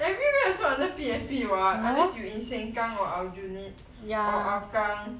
every where also under P_A_P what unless you in sengkang or aljunied or hougang